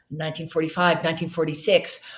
1945-1946